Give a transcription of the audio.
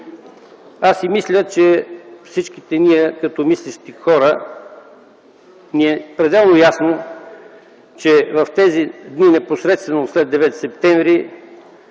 Аз смятам, че като мислещи хора ни е пределно ясно, че в тези дни непосредствено след 9 септември